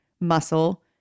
muscle